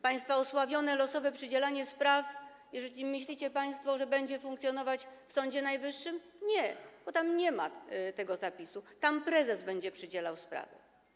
Państwa osławione losowe przydzielanie spraw, jeżeli myślicie państwo, że będzie funkcjonować w Sądzie Najwyższym - nie, bo tam nie ma tego zapisu, tam prezes będzie przydzielał sprawy.